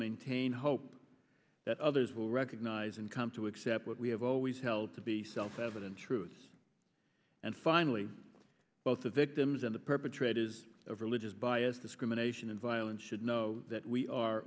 maintain hope that others will recognize and come to accept what we have always held to be self evident truths and finally both the victims and the perpetrators of religious bias discrimination and violence should know that we are